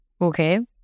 Okay